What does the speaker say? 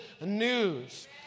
news